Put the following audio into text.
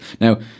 Now